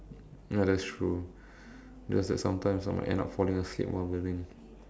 ya that's true just that sometimes I might end up falling asleep while learning